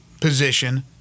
position